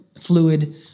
fluid